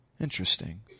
Interesting